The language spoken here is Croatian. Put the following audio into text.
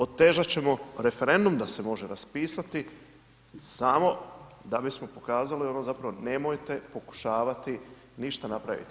Otežat ćemo referendum da se može raspisati samo da bismo pokazali ono zapravo, nemojte pokušavati ništa napraviti.